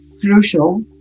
crucial